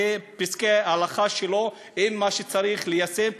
ופסקי ההלכה שלו הם מה שצריך ליישם,